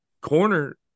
corner